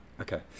Okay